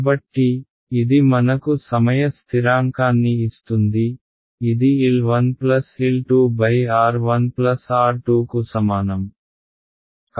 కాబట్టి ఇది మనకు సమయ స్థిరాంకాన్ని ఇస్తుంది ఇది L 1 L 2 R 1 R 2 కు సమానం